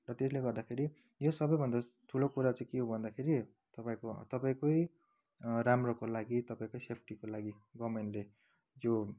र त्यसले गर्दाखेरि यो सबैभन्दा ठुलो कुरा चाहिँ के हो भन्दाखेरि तपाईँको तपाईँकै राम्रोको लागि तपाईँकै सेफ्टीको लागि गभर्मेन्टले त्यो